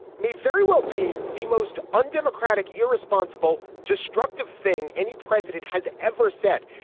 may very well be the most undemocratic irresponsible destructive thing any president has ever said.